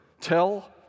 Tell